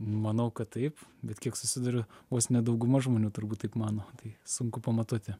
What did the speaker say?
manau kad taip bet kiek susiduriu vos ne dauguma žmonių turbūt taip mano tai sunku pamatuoti